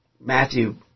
Matthew